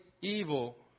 evil